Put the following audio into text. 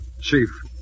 Chief